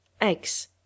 Eggs